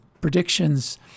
predictions